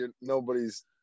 nobody's